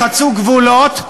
חצו גבולות,